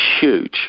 huge